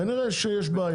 כנראה שיש בעיה,